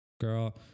Girl